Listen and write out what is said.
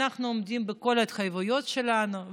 אנחנו עומדים בכל ההתחייבויות שלנו,